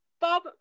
Bob